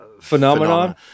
phenomenon